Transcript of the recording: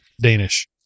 Danish